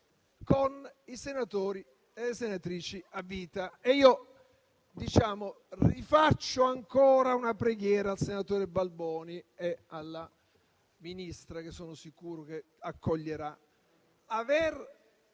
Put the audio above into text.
con i senatori e le senatrici a vita. Rifaccio ancora una preghiera al senatore Balboni e alla Ministra, che sono sicuro che accoglierà: